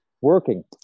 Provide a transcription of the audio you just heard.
working